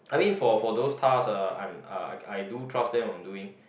I mean for for those task ah I uh I I do trust them on doing